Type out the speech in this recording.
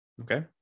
Okay